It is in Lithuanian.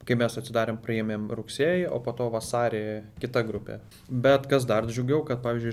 kai mes atsidarėm priėmėm rugsėjį o po to vasarį kita grupė bet kas dar džiugiau kad pavyzdžiui